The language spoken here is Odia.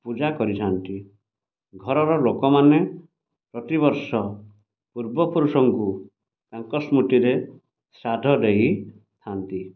ପୂଜା କରିଥାନ୍ତି ଘରର ଲୋକମାନେ ପ୍ରତି ବର୍ଷ ପୂର୍ବ ପୁରୁଷଙ୍କୁ ତାଙ୍କ ସ୍ମୃତିରେ ଶ୍ରାଦ୍ଧ ଦେଇଥାନ୍ତି